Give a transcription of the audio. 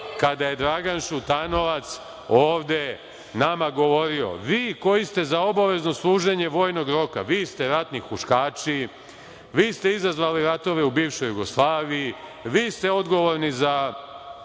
kada je Dragan Šutanovac ovde nama govorio - vi, koji ste za obavezno služenje vojnog roka, vi ste ratni huškači, vi ste izazvali ratove u bivšoj Jugoslaviji, vi ste odgovorni za